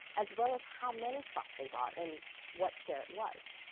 as well as how many stocks they bought, and what share it was.